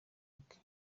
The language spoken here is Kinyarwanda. bwe